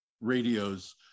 radios